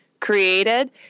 created